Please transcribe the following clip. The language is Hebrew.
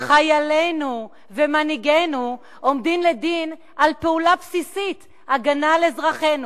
חיילינו ומנהיגינו עומדים לדין על פעולה בסיסית הגנה על אזרחינו.